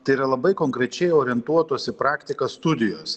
tai yra labai konkrečiai orientuotos į praktiką studijos